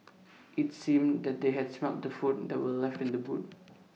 IT seemed that they had smelt the food that were left in the boot